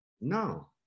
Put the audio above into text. no